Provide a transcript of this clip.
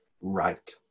right